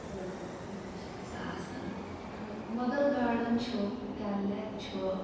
تہٕ دِلکَش فِضا آسَان تہٕ مۄغَل گاڈن چھُ ڈَل لیک چھُ